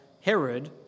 Herod